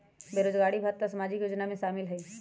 बेरोजगारी भत्ता सामाजिक योजना में शामिल ह ई?